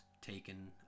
taken